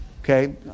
Okay